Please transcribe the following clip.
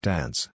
Dance